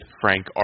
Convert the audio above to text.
Frank